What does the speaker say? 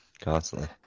constantly